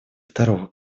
второго